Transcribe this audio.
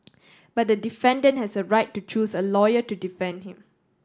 but the defendant has a right to choose a lawyer to defend him